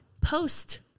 post